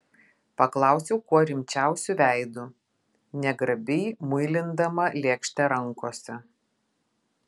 paklausiau kuo rimčiausiu veidu negrabiai muilindama lėkštę rankose